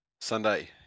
Sunday